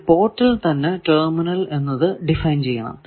പിന്നെ പോർട്ടിൽ തന്നെ ടെർമിനൽ എന്നത് ഡിഫൈൻ ചെയ്യണം